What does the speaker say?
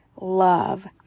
love